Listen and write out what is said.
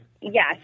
Yes